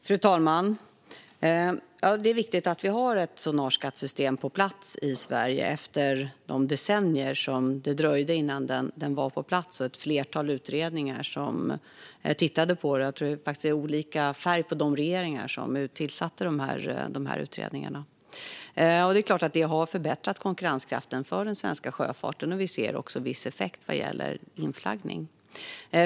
Fru talman! Det är viktigt att vi har ett system för tonnageskatt på plats i Sverige. Det dröjde decennier innan det var på plats, och ett flertal utredningar tittade på detta. Jag tror faktiskt att det var olika färg på de regeringar som tillsatte utredningarna. Det är klart att detta har förbättrat konkurrenskraften för den svenska sjöfarten, och vi ser även viss effekt vad gäller inflaggning.